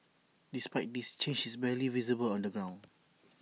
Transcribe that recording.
despite this change is barely visible on the ground